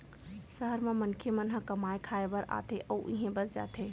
सहर म मनखे मन ह कमाए खाए बर आथे अउ इहें बस जाथे